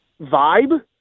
vibe